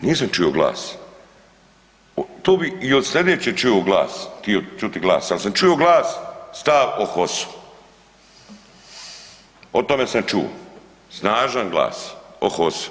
nisam čuo glas, to bi i od sljedeće htio čuti glas, ali sam čuo glas, stav o HOS-u, o tome sam čuo snažan glas o HOS-u.